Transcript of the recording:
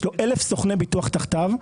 יש לו 1,000 סוכני ביטוח תחתיו.